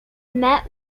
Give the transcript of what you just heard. met